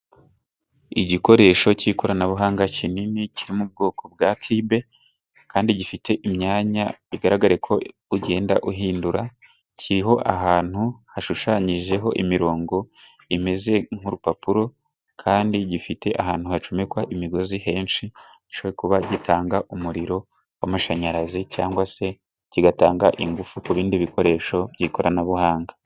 Igikoresho cy'ikoranabuhanga kinini kirimo ubwoko bwa kibe kandi gifite imyanya bigaragare ko ugenda uhindura, kiriho ahantu hashushanyijeho imirongo imeze nk'urupapuro kandi gifite ahantu hacomekwa imigozi henshi gishobora kuba gitanga umuriro w'amashanyarazi cyangwa se kigatanga ingufu ku bindi bikoresho by'ikoranabuhanga.